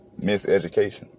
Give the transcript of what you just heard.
miseducation